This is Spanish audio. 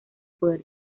poder